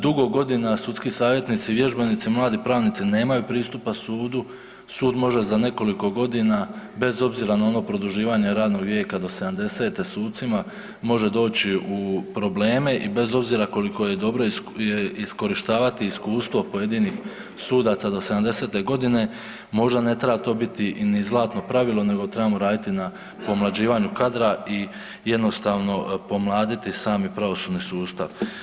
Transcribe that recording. Dugo godina sudski savjetnici, vježbenici, mladi pravnici nemaju pristupa sudu, sud može za nekoliko godina bez obzira na ono produživanje radnog vijeka do 70-te sucima može doći u probleme i bez obzira koliko je dobro iskorištavati iskustvo pojedinih sudaca do 70-te godine možda ne treba to biti ni zlatno pravilo nego trebamo raditi na pomlađivanju kadra i jednostavno pomladiti sami pravosudni sustav.